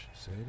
Say